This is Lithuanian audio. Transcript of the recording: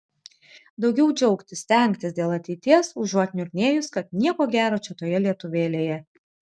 daugiau džiaugtis stengtis dėl ateities užuot niurnėjus kad nieko gero čia toje lietuvėlėje